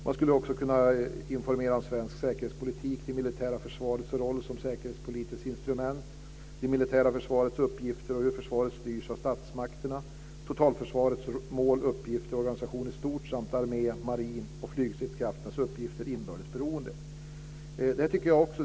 Man skulle också kunna informera om svensk säkerhetspolitik, det militära försvarets roll som säkerhetspolitiskt instrument, det militära försvarets uppgifter, hur försvaret styrs av statsmakterna, totalförsvarets mål, uppgifter och organisation i stort samt armé-, marin och flygstridskrafternas uppgifter inbördes. Detta tycker jag också.